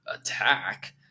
attack